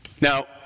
Now